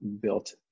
built